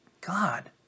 God